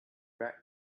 back